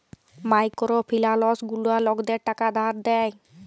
micro ফিলালস গুলা লকদের টাকা ধার দেয়